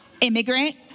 immigrant